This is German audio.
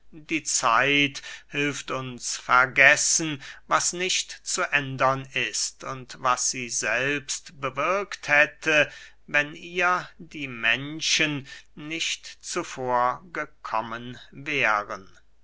die zeit hilft uns vergessen was nicht zu ändern ist und was sie selbst bewirkt hätte wenn ihr die menschen nicht zuvor gekommen wären